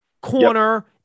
corner